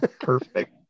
perfect